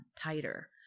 tighter